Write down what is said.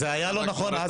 זה היה לא בגלל זה,